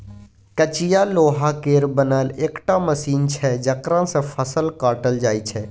कचिया लोहा केर बनल एकटा मशीन छै जकरा सँ फसल काटल जाइ छै